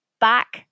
back